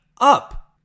up